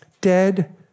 Dead